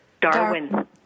Darwin